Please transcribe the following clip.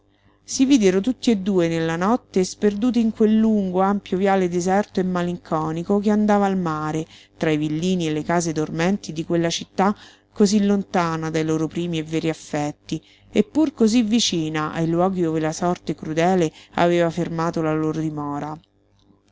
si videro tutti e due nella notte sperduti in quel lungo ampio viale deserto e malinconico che andava al mare tra i villini e le case dormenti di quella città cosí lontana dai loro primi e veri affetti e pur cosí vicina ai luoghi ove la sorte crudele aveva fermato la loro dimora